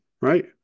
right